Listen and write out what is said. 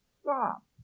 Stop